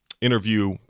interview